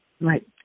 right